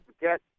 get